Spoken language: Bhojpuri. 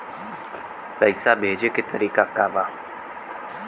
पैसा भेजे के तरीका का बा?